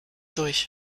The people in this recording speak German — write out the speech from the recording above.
durch